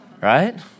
right